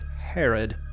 Herod